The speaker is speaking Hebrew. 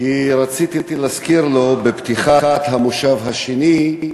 כי רציתי להזכיר לו, בפתיחת המושב השני,